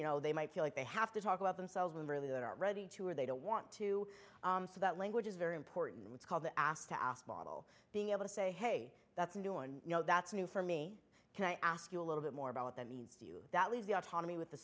you know they might feel like they have to talk about themselves when really that are ready to or they don't want to so that language is very important it's called the ass to model being able to say hey that's a new one you know that's new for me can i ask you a little bit more about what that means to you that leave the autonomy with the